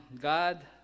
God